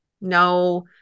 no